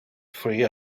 free